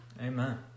Amen